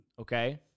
okay